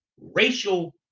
racial